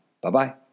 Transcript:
Bye-bye